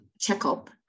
checkup